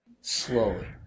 Slowly